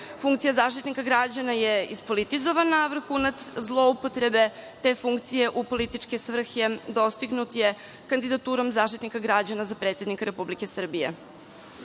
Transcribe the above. Funkcija Zaštitnika građana je ispolitizovana, a vrhunac zloupotrebe te funkcije u političke svrhe dostignut je kandidaturom Zaštitnika građana za predsednika Republike Srbije. Dalje,